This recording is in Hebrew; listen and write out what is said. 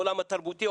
העולם התרבותי,